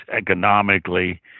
economically